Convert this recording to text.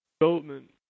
development